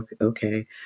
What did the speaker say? okay